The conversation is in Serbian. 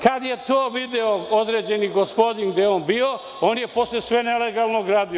Kada je to video određeni gospodin gde je on bio, on je posle sve nelegalno gradio.